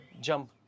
jump